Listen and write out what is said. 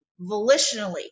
volitionally